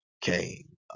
came